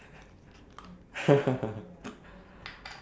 industrial strength uh